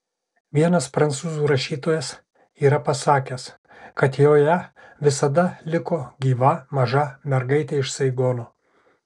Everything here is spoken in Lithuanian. vienas prancūzų rašytojas yra pasakęs kad joje visada liko gyva maža mergaitė iš saigono